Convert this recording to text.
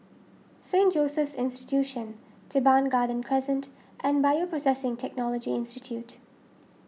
Saint Joseph's Institution Teban Garden Crescent and Bioprocessing Technology Institute